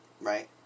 Right